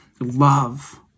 love